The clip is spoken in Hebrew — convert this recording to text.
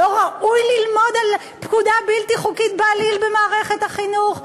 לא ראוי ללמוד על פקודה בלתי חוקית בעליל במערכת החינוך?